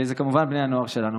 זה כמובן בני הנוער שלנו.